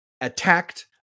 attacked